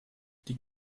die